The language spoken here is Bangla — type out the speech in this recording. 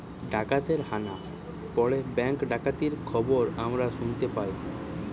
ডাকাতের হানা পড়ে ব্যাঙ্ক ডাকাতির খবর আমরা শুনতে পাই